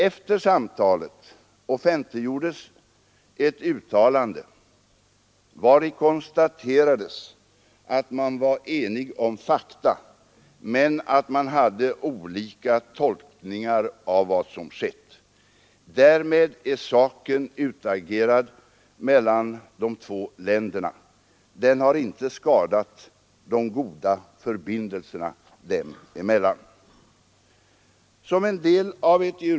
Efter samtalet offentliggjordes ett uttalande, vari konstaterades att man var enig om fakta men att man hade olika tolkningar av vad som skett. Därmed är saken utagerad mellan de två länderna. Den har inte skadat de goda förbindelserna dem emellan.